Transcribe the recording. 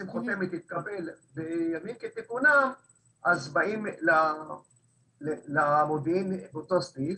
בימים כתיקונם באים למודיעין באותו סניף,